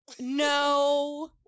No